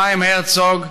חיים הרצוג,